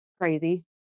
crazy